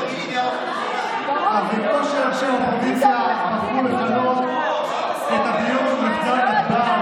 אז כמו שאנשי האופוזיציה בחרו לכנות את הדיון: מחדל נתב"ג,